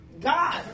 God